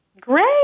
Great